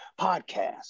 podcast